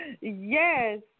Yes